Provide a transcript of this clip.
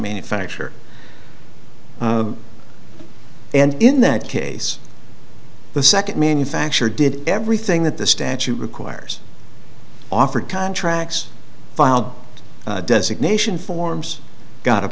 manufacture and in that case the second manufacture did everything that the statute requires offered contracts filed designation forms got a